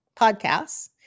podcasts